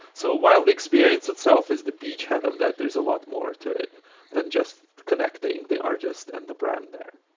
so while the experience itself is the beachhead of that, there's a lot more to it than just connecting the artist and the brand there.